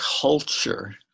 culture